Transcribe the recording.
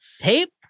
Tape